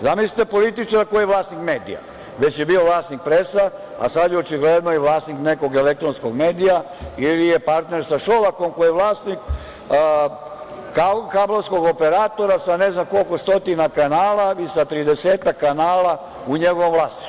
Zamislite političara koji je vlasnik medija, već je bio vlasnik „Presa“ a, sada je očigledno i vlasnik nekog elektronskog medija ili je partner sa Šolakom koji je vlasnik kablovskog operatora sa ne znam koliko stotina kanala ili sa tridesetak kanala u njegovom vlasništvu.